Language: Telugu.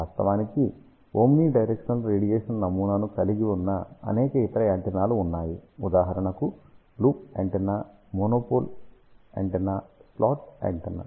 వాస్తవానికి ఓమ్ని డైరెక్షనల్ రేడియేషన్ నమూనాను కలిగి ఉన్న అనేక ఇతర యాంటెనాలు ఉన్నాయి ఉదాహరణకు loop antenna monopole antenna slot antenna